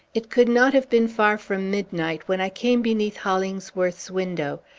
it could not have been far from midnight when i came beneath hollingsworth's window,